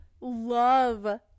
love